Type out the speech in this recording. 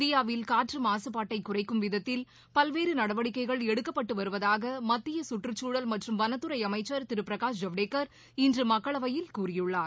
இந்தியாவில் காற்று மாகபாட்டை குறைக்கும் விதத்தில் பல்வேறு நடவடிக்கைகள் எடுக்கப்பட்டு வருவதாக மத்திய சுற்றுச்சூழல் மற்றும் வனத்துறை அமைச்சர் திரு பிரகாஷ் ஜவடேகர் இன்று மக்களவையில் கூறியுள்ளார்